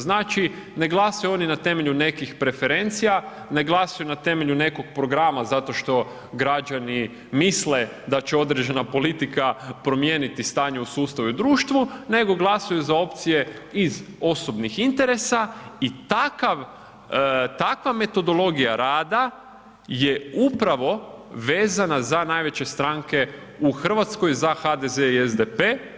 Znači ne glasaju oni na temelju nekih preferencija, ne glasuju na temelju nekog programa zato što građani misle da će određena politika promijeniti stanje u sustavu i društvu, nego glasuju za opcije iz osobnih interesa i takav, takva metodologija rada je upravo vezana za najveće stranke u Hrvatskoj za HDZ i SDP.